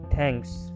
Thanks